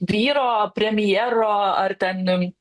vyro premjero ar ten